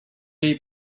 jej